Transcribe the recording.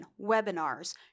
webinars